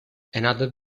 another